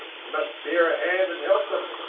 we must bear a hand and help them.